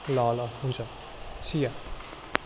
ल ल हुन्छ सि या